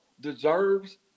deserves